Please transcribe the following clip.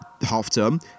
half-term